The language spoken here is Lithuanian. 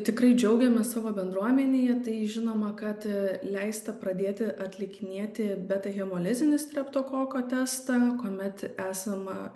tikrai džiaugiamės savo bendruomenėje tai žinoma kad leista pradėti atlikinėti beta hemolizinį streptokoko testą kuomet esama